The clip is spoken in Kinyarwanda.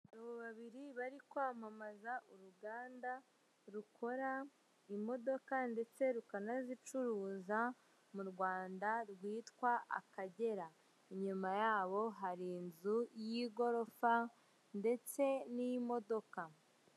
Abantu babiri bari kwamamaza uruganda rukora imodoka, ndetse rukanazicuruza mu Rwanda rwitwa Akagera. Inyuma yabo hari inzu y'igorofa ndetse n'imodoka.